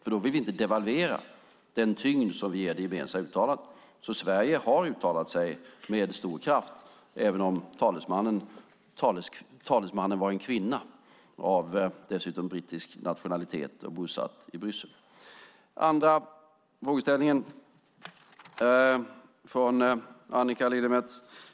Vi vill inte devalvera den tyngd som vi ger det gemensamma uttalandet. Sverige har uttalat sig med stor kraft även om talesmannen var en kvinna och dessutom av brittisk nationalitet och bosatt i Bryssel. Den andra frågeställningen kom från Annika Lillemets.